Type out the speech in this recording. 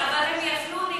אבל הם יפלו נגדם.